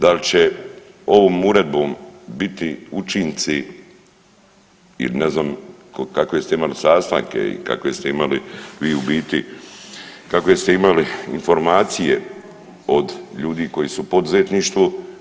Da li će ovom uredbom biti učinci jer ne znam kakve ste imali sastanke i kakve ste imali vi u biti kakve ste imali informacije od ljudi koji su u poduzetništvu.